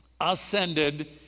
ascended